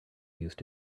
used